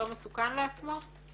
לא מסוכן לעצמו?